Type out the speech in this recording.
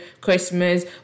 Christmas